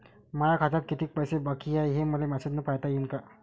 माया खात्यात कितीक पैसे बाकी हाय, हे मले मॅसेजन पायता येईन का?